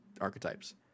archetypes